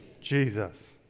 Jesus